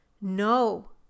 No